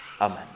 Amen